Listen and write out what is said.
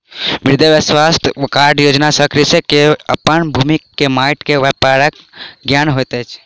मृदा स्वास्थ्य कार्ड योजना सॅ कृषक के अपन भूमि के माइट के प्रकारक ज्ञान होइत अछि